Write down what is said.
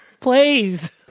Please